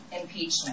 impeachment